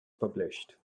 published